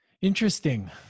Interesting